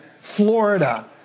Florida